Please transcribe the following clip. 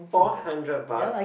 four hundred bucks